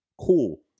Cool